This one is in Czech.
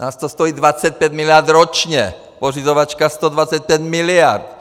Nás to stojí 25 miliard ročně, pořizovačka 125 miliard.